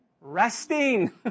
resting